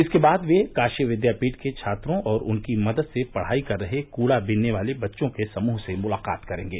इसके बाद वे काशी विद्यापीठ के छात्रों और उनकी मदद से पढ़ाई कर रहे कूड़ा बीनने वाले बच्चों के समूह से मुलाकात करेंगे